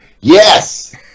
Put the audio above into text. Yes